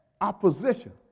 opposition